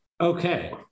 Okay